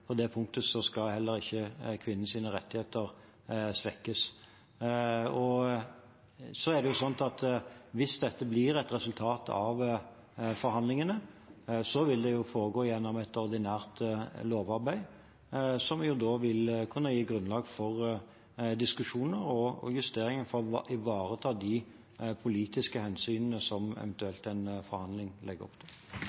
på det punktet skal heller ikke kvinnens rettigheter svekkes. Hvis dette blir et resultat av forhandlingene, vil det jo foregå gjennom et ordinært lovarbeid, som så vil kunne gi grunnlag for diskusjoner og justeringer for å ivareta de politiske hensynene som